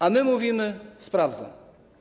A my mówimy: sprawdzam.